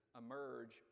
emerge